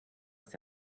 ist